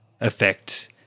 affect